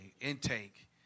intake